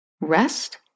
Rest